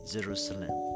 Jerusalem